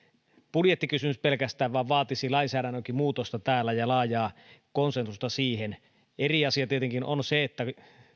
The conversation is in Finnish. budjettikysymys pelkästään vaan vaatisi lainsäädännönkin muutosta täällä ja laajaa konsensusta siihen eri asia tietenkin on se että